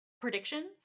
predictions